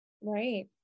Right